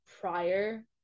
prior